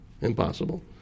Impossible